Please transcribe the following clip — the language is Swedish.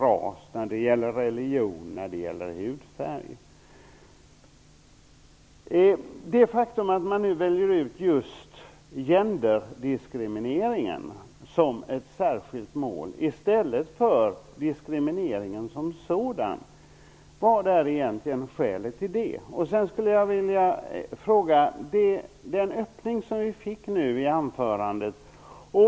Vad är egentligen skälet till att man nu väljer ut just genderdiskrimineringen som ett särskilt mål i stället för diskrimineringen som sådan? Det gavs en öppning i anförandet.